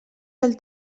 del